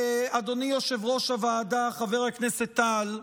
אדוני היושב-ראש הוועדה חבר הכנסת טל,